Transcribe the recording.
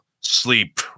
sleep